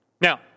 Now